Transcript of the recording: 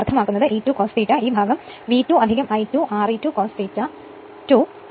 ഞാൻ അർത്ഥമാക്കുന്നത് E2 E2 cos ∂ ഞാൻ ഉദ്ദേശിക്കുന്നത് ഈ ഭാഗം V2 I2 Re2 cos ∅2 I2 XE2 sin ∅2